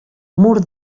mur